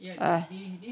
uh